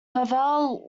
pavel